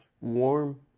warm